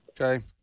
Okay